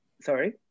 sorry